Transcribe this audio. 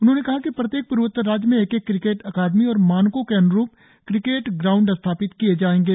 उन्होंने कहा कि प्रत्येक पूर्वोत्तर राज्य में एक एक क्रिकेट अकादमी और मानको के अन्रुप क्रिकेट ग्राउंड स्थापित किए जाएंगे